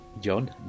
John